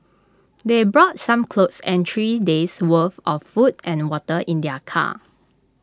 they brought some clothes and three days' worth of food and water in their car